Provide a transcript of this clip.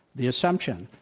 the assumption,